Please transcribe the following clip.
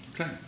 Okay